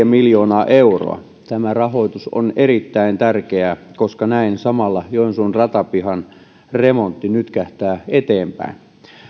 miljoonaa euroa tämä rahoitus on erittäin tärkeää koska näin samalla joensuun ratapihan remontti nytkähtää eteenpäin